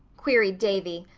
queried davy,